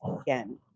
again